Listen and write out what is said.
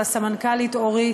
ולסמנכ"לית אורית,